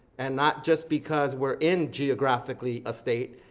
and not just because we're in geographically, a state,